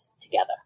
together